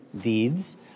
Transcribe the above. deeds